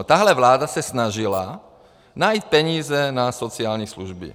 Tahle vláda se snažila najít peníze na sociální služby.